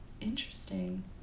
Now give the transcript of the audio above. interesting